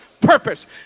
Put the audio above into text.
purpose